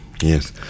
Yes